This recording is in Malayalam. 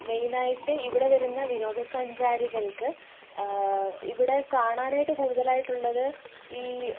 മെയ്നായിട്ട് ഇവിടെ വരുന്ന വിനോദ സഞ്ചാരികൾക്ക് ഇവിടെ കാണാനായിട്ട് കൂടുതലായിട്ടുള്ളത് ഈ